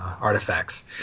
artifacts